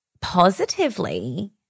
positively